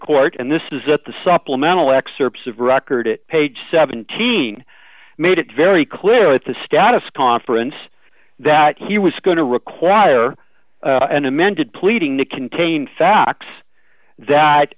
court and this is at the supplemental excerpts of record it page seventeen made it very clear at the status conference that he was going to require an amended pleading to contain facts that